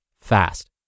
fast